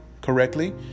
correctly